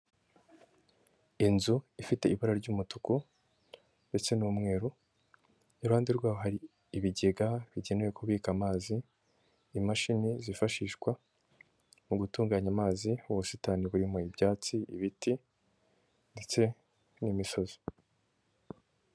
Inzu ifite ibara ry'umutuku ndetse n'umweru iruhande rwaho hari ibigega bigenewe kubika amazi, imashini zifashishwa mu gutunganya amazi, ubusitani burimo ibyatsi, ibiti ndetse n'imisozi.